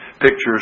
pictures